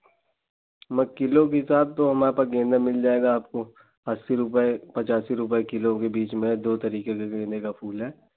kilo के हिसाब तो हम यहाँ पर गेंदा मिल जाएगा आपको अस्सी रुपये पिच्चासी रुपये किलो के बीच में दो तरीके के गेंदे का फूल है